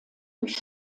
durch